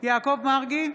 יעקב מרגי,